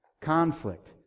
conflict